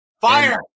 Fire